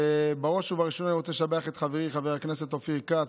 ובראש ובראשונה אני רוצה לשבח את חברי חבר הכנסת אופיר כץ,